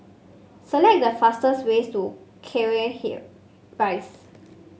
select the fastest way to Cairnhill Rise